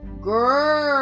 girl